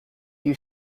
you